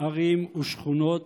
ערים ושכונות